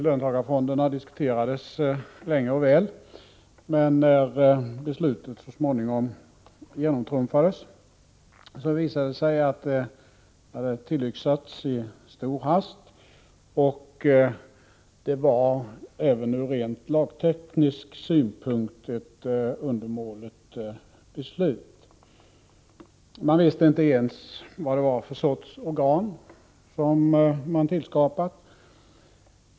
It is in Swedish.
| Löntagarfonderna diskuterades länge och väl, men när beslutet så I och att det även ur ren lagteknisk synpunkt var ett undermåligt beslut. Man | visste inte ens vilken sorts organ man tillskapat.